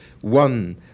one